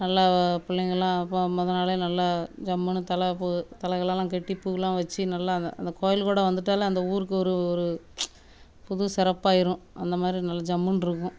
நல்லா பிள்ளைங்கள்லாம் இப்போ முத நாளே நல்லா ஜம்முன்னு தலை பூ தலைகளெல்லாம் கட்டி பூலாம் வச்சு நல்லா அந்த அந்த கோயில் கொடை வந்துவிட்டாலே அந்த ஊருக்கு ஒரு ஒரு புது சிறப்பாயிரும் அந்தமாதிரி நல்லா ஜம்முன்ருக்கும்